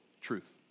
truth